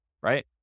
right